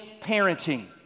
parenting